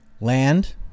land